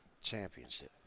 Championship